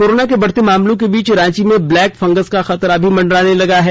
corona के बढ़ते मामलों के बीच रांची में ब्लैक फंगस का खतरा भी मंडराने लगा है